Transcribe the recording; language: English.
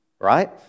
Right